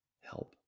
help